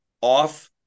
off